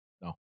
No